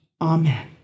Amen